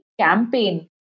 campaign